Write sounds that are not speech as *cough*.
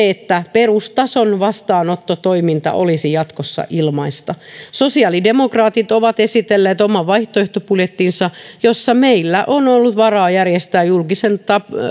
*unintelligible* että perustason vastaanottotoiminta olisi jatkossa ilmaista sosiaalidemokraatit ovat esitelleet oman vaihtoehtobudjettinsa jossa meillä on ollut varaa järjestää julkisen